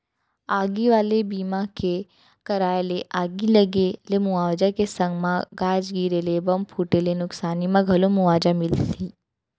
आगी वाले बीमा के कराय ले आगी लगे ले मुवाजा के संग म गाज गिरे ले, बम फूटे ले नुकसानी म घलौ मुवाजा मिलही